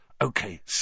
Okay